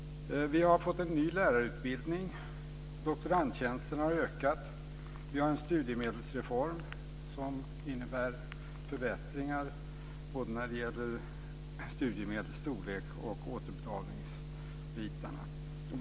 Vi har fått en ny lärarutbildning. Doktorandtjänsterna har ökat. Vi har en studiemedelsreform som innebär förbättringar både när det gäller studiemedlets storlek och återbetalning.